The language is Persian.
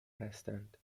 هستند